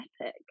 epic